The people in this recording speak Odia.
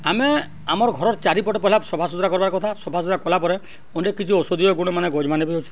ଆମେ ଆମର୍ ଘରର୍ ଚାରିପଟେ ପହେଲା ସଫା ସୁତୁରା କର୍ବାର କଥା ସଫା ସୁତୁରା କଲାପରେ ଅନେକ୍ କିଛି ଔଷଧୀୟ ଗୁଣମାନେ ଗଛ୍ମାନେ ବି ଅଛେ